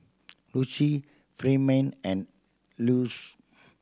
Lucio Ferdinand and